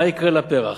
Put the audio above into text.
מה יקרה לפרח?